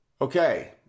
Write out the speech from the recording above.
Okay